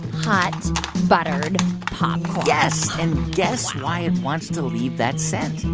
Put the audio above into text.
hot buttered popcorn yes. and guess why it wants to leave that scent?